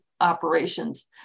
operations